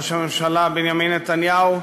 ראש הממשלה בנימין נתניהו,